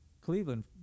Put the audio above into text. Cleveland